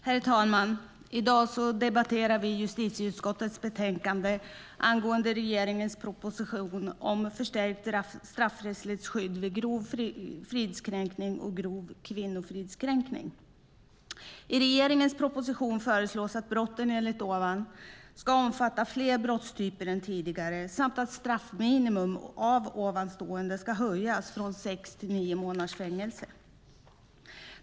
Herr talman! I dag debatterar vi justitieutskottets betänkande angående regeringens proposition om förstärkt straffrättsligt skydd vid grov fridskränkning och grov kvinnofridskränkning. I regeringens proposition föreslås att brotten enligt ovan ska omfatta fler brottstyper än tidigare samt att straffminimum för ovanstående ska höjas från sex till nio månaders fängelse.